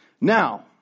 Now